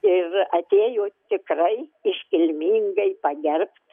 ir atėjo tikrai iškilmingai pagerbt